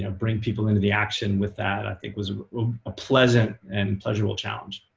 ah bring people into the action with that i think was a pleasant and pleasurable challenge.